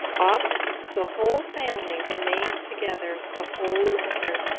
often the whole family remains together the whole winter,